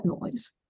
noise